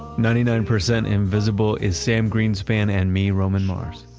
ninety nine percent invisible is sam greenspan and me, roman mars.